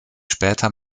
später